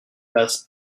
place